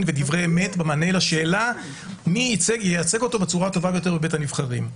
ודברי אמת במענה לשאלה מי ייצג אותו בצורה הטובה ביותר בבית הנבחרים.